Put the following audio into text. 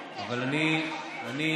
אבל אני אנסה.